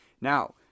Now